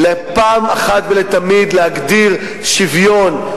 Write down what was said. פעם אחת ולתמיד להגדיר שוויון,